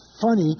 funny